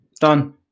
Done